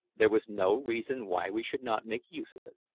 there was no reason why we should not make use of it.